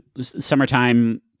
summertime